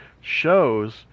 shows